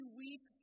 weep